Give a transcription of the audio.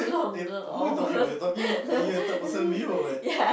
who you talking about you talking a third person view or what